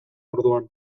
orduan